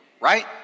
right